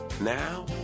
Now